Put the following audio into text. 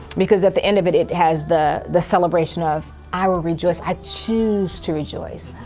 because at the end of it, it has the the celebration of i will rejoice, i choose to rejoice.